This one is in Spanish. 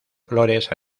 flores